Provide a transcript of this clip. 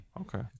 Okay